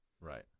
Right